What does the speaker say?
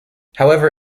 however